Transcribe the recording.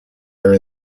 are